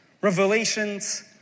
Revelations